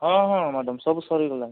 ହଁ ହଁ ମ୍ୟାଡାମ ସବୁ ସରିଗଲାଣି